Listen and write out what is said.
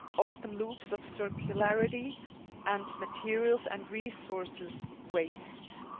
open loops of circularity and materials and resources waste.